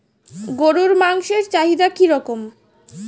গরুর মাংসের চাহিদা কি রকম?